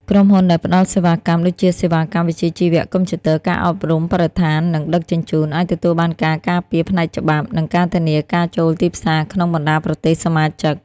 ក្រុមហ៊ុនដែលផ្តល់សេវាកម្ម ដូចជាសេវាកម្មវិជ្ជាជីវៈ កុំព្យូទ័រ ការអប់រំ បរិស្ថាន និងដឹកជញ្ជូន អាចទទួលបានការការពារផ្នែកច្បាប់ និងការធានាការចូលទីផ្សារក្នុងបណ្តាប្រទេសសមាជិក។